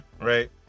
Right